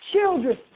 children